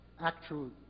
actual